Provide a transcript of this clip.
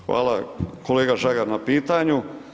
Hvala kolega Žagar na pitanju.